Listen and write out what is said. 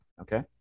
okay